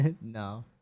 No